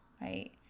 right